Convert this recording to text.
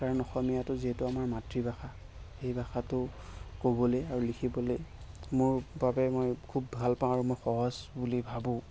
কাৰণ অসমীয়াটো যিহেতু আমাৰ মাতৃভাষা সেই ভাষাটো ক'বলৈ আৰু লিখিবলৈ মোৰ বাবে মই খুব ভাল পাওঁ আৰু মই সহজ বুলি ভাবোঁ